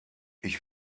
ich